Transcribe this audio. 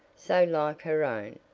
so like her own,